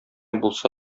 булса